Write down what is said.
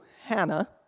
Hannah